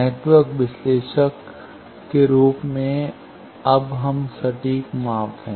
network विश्लेषक के रूप में अब हम सटीक माप है